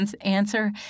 answer